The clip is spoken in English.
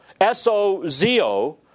S-O-Z-O